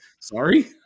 sorry